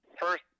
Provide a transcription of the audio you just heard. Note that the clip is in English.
first